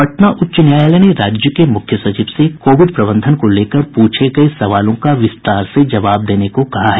पटना उच्च न्यायालय ने राज्य के मुख्य सचिव से कोविड प्रबंधन को लेकर पूछे गये सवालों का विस्तार से जवाब देने को कहा है